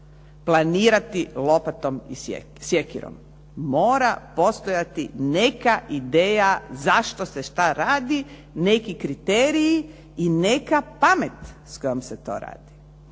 planirati lopatom i sjekirom. Mora postojati neka ideja zašto se šta radi, neki kriteriji i neka pamet s kojom se to radi.